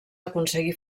aconseguí